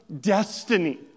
destiny